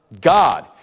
God